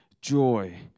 joy